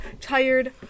tired